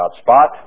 spot